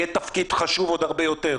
יהיה תפקיד חשוב עוד הרבה יותר,